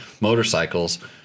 motorcycles –